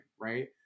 right